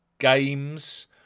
Games